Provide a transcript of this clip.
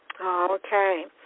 Okay